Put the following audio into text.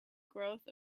growth